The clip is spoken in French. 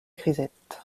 grisette